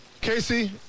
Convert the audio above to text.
Casey